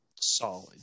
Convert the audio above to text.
Solid